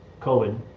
COVID